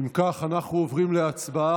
אם כך, אנחנו עוברים להצבעה.